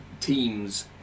teams